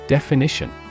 Definition